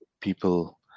people